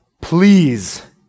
please